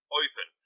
open